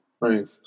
right